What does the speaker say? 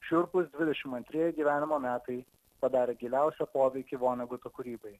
šiurpūs dvidešimt antrieji gyvenimo metai padarė giliausią poveikį voneguto kūrybai